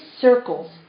circles